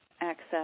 access